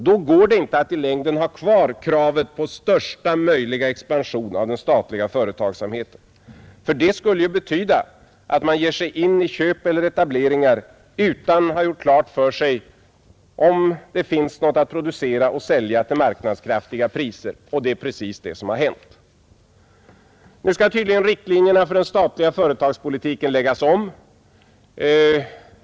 Då går det inte att i längden ha kvar kravet på största möjliga expansion av den statliga företagsamheten, ty det skulle ju betyda att man ger sig in på köp eller etableringar utan att ha gjort klart för sig om det finns något att producera och sälja till marknadskraftiga priser. Och det är precis det som har hänt. Nu skall tydligen riktlinjerna för den statliga företagspolitiken läggas om.